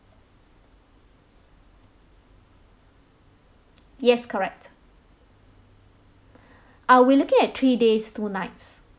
yes correct uh we're looking at three days two nights